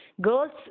Girls